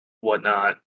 whatnot